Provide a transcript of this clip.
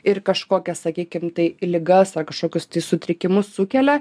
ir kažkokias sakykim tai ligas ar kažkokius sutrikimus sukelia